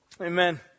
Amen